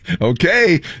Okay